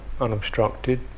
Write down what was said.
unobstructed